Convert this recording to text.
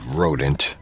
rodent